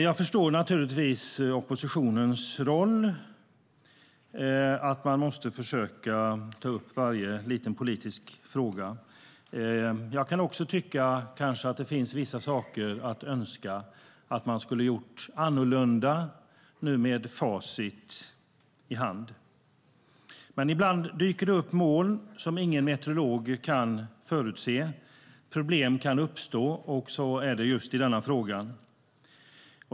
Jag förstår naturligtvis oppositionens roll, att man måste försöka ta upp varje liten politisk fråga. Jag kan också tycka att det finns vissa saker som man önskar att man hade gjort annorlunda, nu med facit i hand. Men ibland dyker det upp moln som ingen meteorolog kan förutse. Problem kan uppstå. Så är det just i denna fråga.